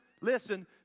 listen